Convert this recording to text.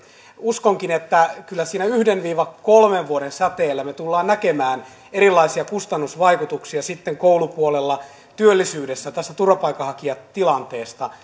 uskonkin että kyllä siinä yhden viiva kolmen vuoden säteellä me tulemme näkemään erilaisia kustannusvaikutuksia sitten koulupuolella työllisyydessä tästä turvapaikanhakijatilanteesta